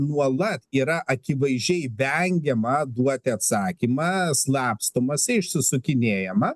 nuolat yra akivaizdžiai vengiama duoti atsakymą slapstomasi išsisukinėjama